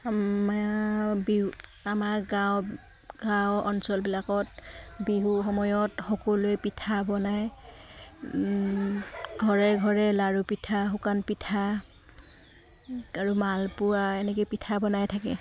আ বিহু আমাৰ গাঁৱ গাঁও অঞ্চলবিলাকত বিহু সময়ত সকলোৱে পিঠা বনায় ঘৰে ঘৰে লাৰু পিঠা শুকান পিঠা আৰু মালপোৱা এনেকৈ পিঠা বনাই থাকে